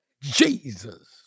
Jesus